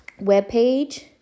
webpage